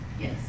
yes